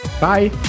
bye